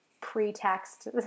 pretext